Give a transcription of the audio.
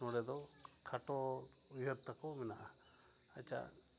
ᱱᱚᱰᱮᱫᱚ ᱠᱷᱟᱴᱚ ᱩᱭᱦᱟᱹᱨᱛᱟᱠᱚ ᱢᱮᱱᱟᱜᱼᱟ ᱟᱡᱟᱜ